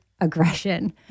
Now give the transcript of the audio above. aggression